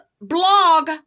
blog